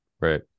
Right